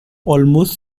almost